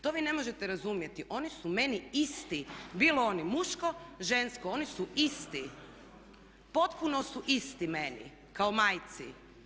To vi ne možete razumjeti, oni su meni isti bilo oni muško, žensko, oni su isti potpuno su isti meni kao majci.